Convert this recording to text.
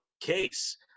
case